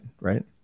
right